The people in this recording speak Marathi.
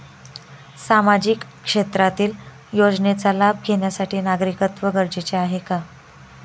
सामाजिक क्षेत्रातील योजनेचा लाभ घेण्यासाठी नागरिकत्व गरजेचे आहे का?